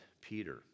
Peter